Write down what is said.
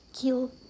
kill